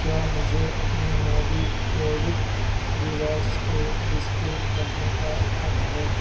کیا مجھے اپنے موبی کیوک ریوارڈس کو ڈسپیوٹ کرنے کا حق ہے